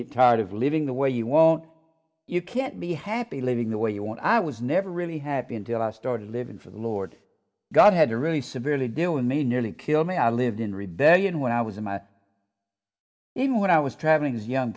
get tired of living the way you won't you can't be happy living the way you want i was never really happy until i started living for the lord god had to really severely doing me nearly killed me i lived in rebellion when i was in my even when i was traveling as young